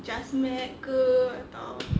just marker